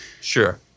Sure